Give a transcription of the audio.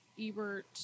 Ebert